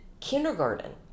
Kindergarten